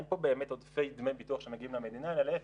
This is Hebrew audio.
אין פה באמת עודפי דמי ביטוח שמגיעים למדינה אלא להיפך,